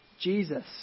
Jesus